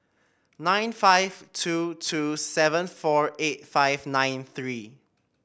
nine five two two seven four eight five nine three